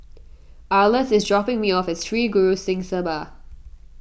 Arleth is dropping me off at Sri Guru Singh Sabha